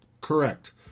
Correct